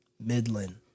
Midland